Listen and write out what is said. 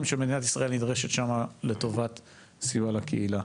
שמדינת ישראל נדרשת שם לטובת סיוע לקהילה.